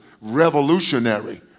revolutionary